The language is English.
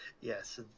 Yes